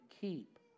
keep